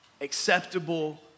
acceptable